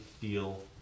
feel